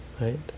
right